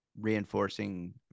reinforcing